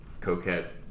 Coquette